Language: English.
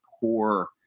poor